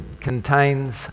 contains